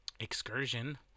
Excursion